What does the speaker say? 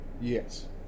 yes